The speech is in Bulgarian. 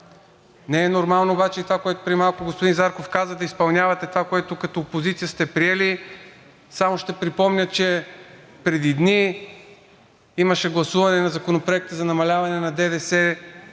Не е нормално обаче и това, което преди малко господин Зарков каза – да изпълнявате това, което като опозиция сте приели. Само ще припомня, че преди дни имаше гласуване на Законопроекта за намаляване на ДДС